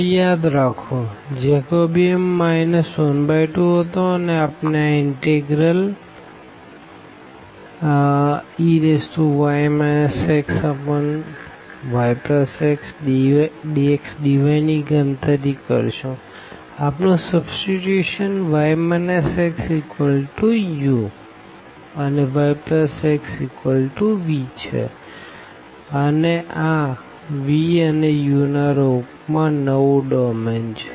તો યાદ રાખો જેકોબિયન 12હતો અને આપણે આ ઇનટેગરલ Sey xyxdxdyની ગણતરી કરશુંઆપણું સબસ્ટીટ્યુશન y xuઅને yxv છે અને આ v અને u ના રૂપ માં નવું ડોમેન છે